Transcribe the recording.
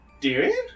Darian